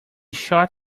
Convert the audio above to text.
short